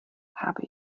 habe